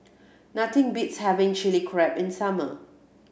nothing beats having Chili Crab in summer